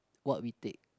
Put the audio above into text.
what we take